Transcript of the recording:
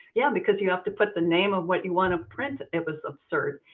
yeah, because you have to put the name of what you want to print. it was absurd.